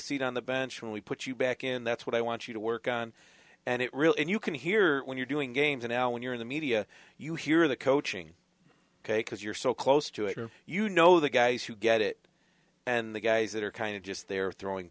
seat on the bench and we put you back in that's what i want you to work on and it really and you can hear when you're doing games and now when you're in the media you hear the coaching ok because you're so close to it or you know the guys who get it and the guys that are kind of just they're throwing